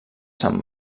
sant